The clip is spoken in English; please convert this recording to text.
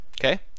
Okay